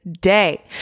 day